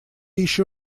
еще